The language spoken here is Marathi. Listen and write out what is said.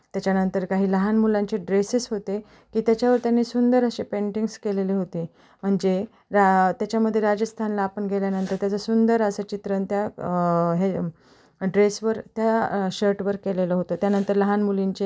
त्याच्यानंतर काही लहान मुलांचे ड्रेसेस् होते की त्याच्यावर त्यांनी सुंदर असे पेंटिंग्स केलेले होते म्हणजे रा त्याच्यामध्ये राजस्थानला आपण गेल्यानंतर त्याचं सुंदर असं चित्रं आणि त्या हे ड्रेसवर त्या शर्टवर केलेलं होतं त्यानंतर लहान मुलींचे